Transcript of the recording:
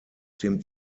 dem